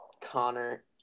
Connor